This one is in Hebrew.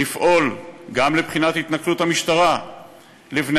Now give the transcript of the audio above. גם לפעול לבחינת התנכלות המשטרה לבני